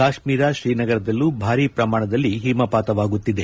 ಕಾಶ್ನೀರ ತ್ರೀನಗರದಲ್ಲೂ ಭಾರಿ ಶ್ರಮಾಣದಲ್ಲಿ ಹಿಮಪಾತವಾಗುತ್ತಿದೆ